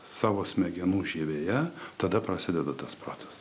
savo smegenų žievėje tada prasideda tas procesas